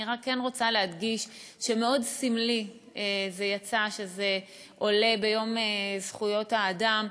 אני רק כן רוצה להדגיש שמאוד סמלי שזה עולה ביום זכויות האדם,